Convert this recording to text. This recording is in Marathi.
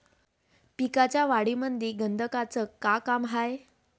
पिकाच्या वाढीमंदी गंधकाचं का काम हाये?